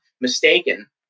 mistaken